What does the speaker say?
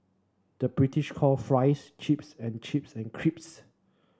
the British call fries chips and chips and creeps